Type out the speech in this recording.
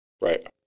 Right